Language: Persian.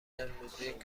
امروزی